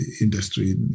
industry